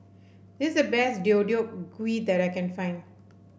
this is the best Deodeok Gui that I can find